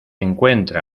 encuentra